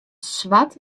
swart